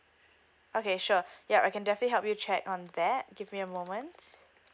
okay sure yup I can definitely help you to check on that give me a moment